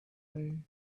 day